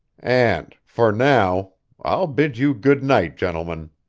and for now i'll bid you good night, gentlemen.